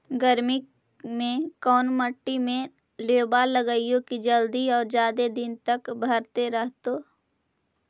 गर्मी में कोन मट्टी में लोबा लगियै कि जल्दी और जादे दिन तक भरतै रहतै?